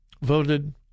voted